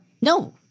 No